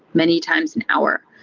many time an hour.